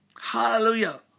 Hallelujah